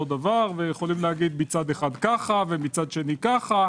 דבר ויכולים להגיד מצד אחד ככה ומצד שני ככה,